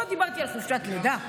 לא דיברתי על חופשת לידה.